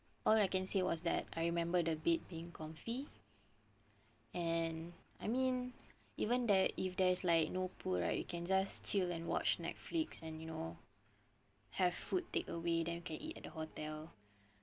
all I can say was that I remember the bed being comfy and I mean even there if there's like no pool right we can just chill and watch netflix and you know have food take away then we can eat at the hotel